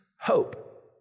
hope